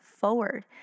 forward